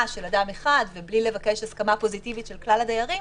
של אדם אחד ובלי לבקש הסכמה פוזיטיבית של כלל הדיירים,